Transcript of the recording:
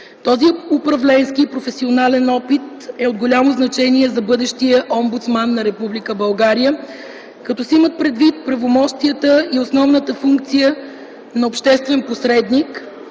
Този управленски и професионален опит е от голямо значение за бъдещия омбудсман на Република България, като се имат предвид правомощията и основната функция на обществен посредник,